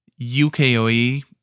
UKOE